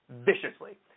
viciously